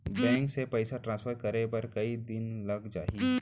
Bank से पइसा transfer करे बर कई दिन लग जाही?